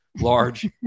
large